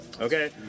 Okay